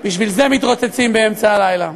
בשביל זה מתרוצצים באמצע הלילה.